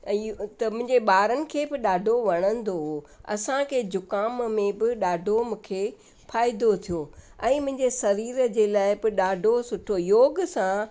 ऐं त मुंहिंजे ॿारनि खे बि ॾाढो वणंदो हो असांखे जुखाम में बि ॾाढो मूंखे फ़ाइदो थियो ऐं मुंहिंजे शरीर जे लाइ बि ॾाढो सुठो योग सां